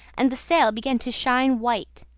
and the sail began to shine white.